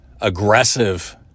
aggressive